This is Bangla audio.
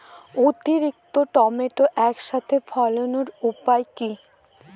অতিরিক্ত টমেটো একসাথে ফলানোর উপায় কী?